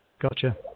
Gotcha